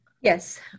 Yes